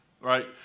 right